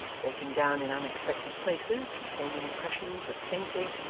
breaking down in unexpected places, retaining impressions but faintly,